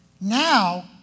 Now